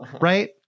Right